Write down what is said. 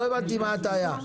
לא הבנתי מה ההטעיה.